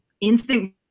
instant